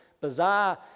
bizarre